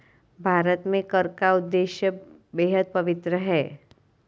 भारत में कर का उद्देश्य बेहद पवित्र है